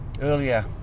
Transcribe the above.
earlier